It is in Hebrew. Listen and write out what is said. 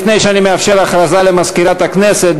לפני שאני מאפשר הודעה למזכירת הכנסת,